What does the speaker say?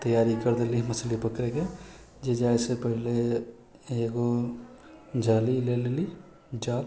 तैयारी कर लेलियै मछली पकड़ैके जे जाइसँ पहिले एगो जाली ले लेली जाल